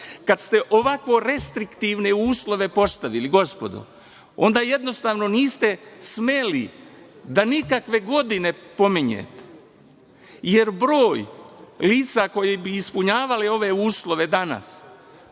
kada ste ovako restriktivne uslove postavili, gospodo, onda jednostavno niste smeli, da nikakve godine pominjete, jer broj lica koji bi ispunjavali ove uslove danas,